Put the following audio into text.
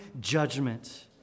judgment